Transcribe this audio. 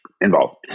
involved